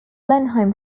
blenheim